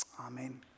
amen